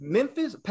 Memphis